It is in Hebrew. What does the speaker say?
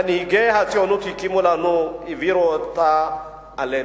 מנהיגי הציונות הקימו לנו והעבירו אותה אלינו.